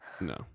no